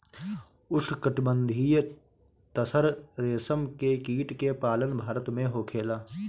उष्णकटिबंधीय तसर रेशम के कीट के पालन भारत में होखेला